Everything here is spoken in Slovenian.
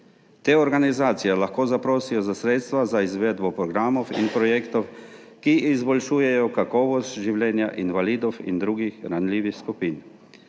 Te organizacije lahko zaprosijo za sredstva za izvedbo programov in projektov, ki izboljšujejo kakovost življenja invalidov in drugih ranljivih skupin.